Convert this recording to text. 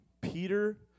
Peter